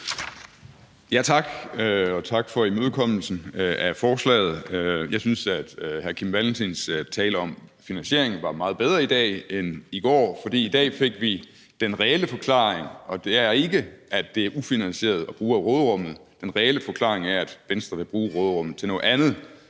Tak, og tak for imødekommelsen af forslaget. Jeg synes, at hr. Kim Valentins tale om finansiering var bedre i dag end i går, fordi vi i dag fik den reelle forklaring. Og den er ikke, at det er ufinansieret at bruge af råderummet; den reelle forklaring er, at Venstre vil bruge råderummet til noget andet,